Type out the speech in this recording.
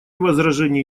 возражений